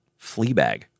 Fleabag